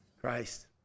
Christ